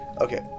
Okay